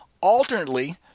alternately